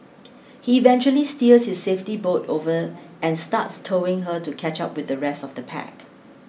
he eventually steers his safety boat over and starts towing her to catch up with the rest of the pack